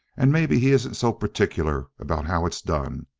and maybe he isn't so particular about how it's done.